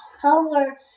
color